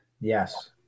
Yes